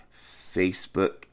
Facebook